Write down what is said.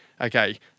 okay